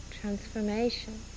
transformation